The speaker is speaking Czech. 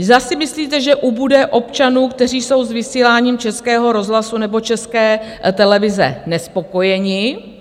Zda si myslíte, že ubude občanů, kteří jsou s vysíláním Českého rozhlasu nebo České televize nespokojeni?